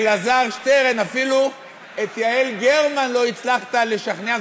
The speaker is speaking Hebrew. אלעזר שטרן, אפילו את יעל גרמן לא הצלחת לשכנע.